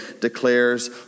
declares